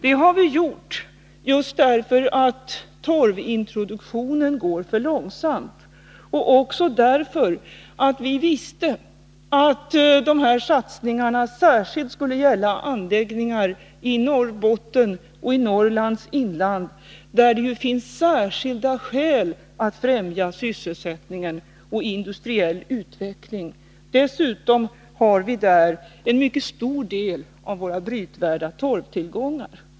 Det har vi gjort just därför att torvintroduktionen går för långsamt och därför att vi visste att denna satsning särskilt skulle gälla anläggningar i Norrbotten och Norrlands inland, där det ju finns särskilda skäl att främja sysselsättning och industriell utveckling. Dessutom har vi där en mycket stor del av våra brytvärda torvtillgångar.